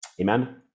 Amen